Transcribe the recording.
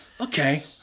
okay